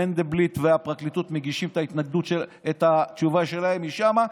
מנדלבליט והפרקליטות מגישים את התשובה שלהם משם,